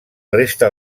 resta